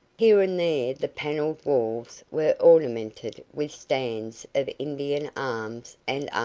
here and there the panelled walls were ornamented with stands of indian arms and